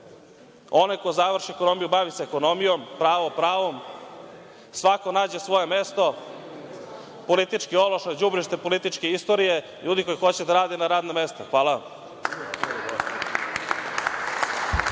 Onaj ko završi ekonomiju, bavi se ekonomijom, pravo – pravom. Svako nađe svoje mesto. Politički ološ na đubrište političke istorije, a ljudi koji hoće da rade – na radna mesta. Hvala